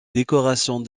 décorations